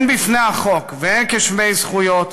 הן בפני החוק והן כשווי זכויות,